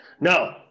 no